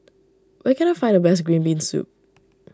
where can I find the best Green Bean Soup